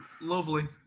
Lovely